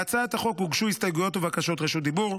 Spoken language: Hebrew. להצעת החוק הוגשו הסתייגויות ובקשות רשות דיבור.